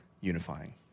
unifying